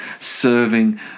serving